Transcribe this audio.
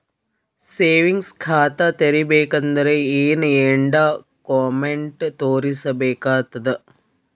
Savings ಖಾತಾ ತೇರಿಬೇಕಂದರ ಏನ್ ಏನ್ಡಾ ಕೊಮೆಂಟ ತೋರಿಸ ಬೇಕಾತದ?